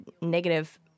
negative